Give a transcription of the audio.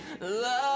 Love